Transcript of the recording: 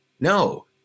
No